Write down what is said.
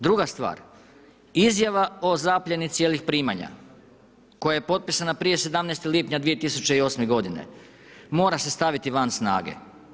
Druga stvar, izmjena o zaplijeni cijelih primanja, koja je potpisana prije 17. lipnja 2008. g. mora se staviti van snage.